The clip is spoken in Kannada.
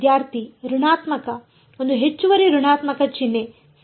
ವಿದ್ಯಾರ್ಥಿ ಋಣಾತ್ಮಕ ಒಂದು ಹೆಚ್ಚುವರಿ ಋಣಾತ್ಮಕ ಚಿಹ್ನೆ ಸರಿ